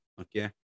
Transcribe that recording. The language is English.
Okay